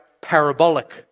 parabolic